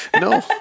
No